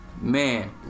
man